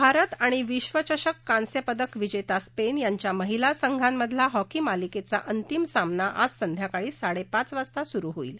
भारत आणि विश्वचषक कांस्यपदक विजेता स्पेन यांच्या महिला संघांमधला हॉकी मालिकेचा अंतिम सामना आज संध्याकाळी साडेपाच वाजता सुरु होईल